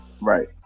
Right